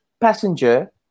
passenger